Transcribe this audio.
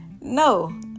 no